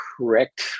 correct